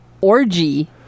orgy